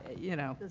you know,